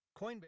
Coinbase